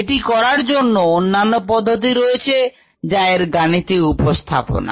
এটি করার জন্য অন্যান্য পদ্ধতি রয়েছে যা এর গাণিতিক উপস্থাপনা